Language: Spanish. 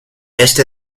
este